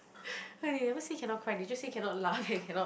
okay they never say cannot cry they just say cannot laugh and cannot